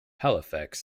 halifax